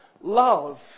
Love